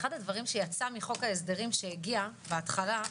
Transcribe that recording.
אחד הדברים שיצא מחוק ההסדרים שהגיע בהתחלה,